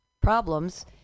problems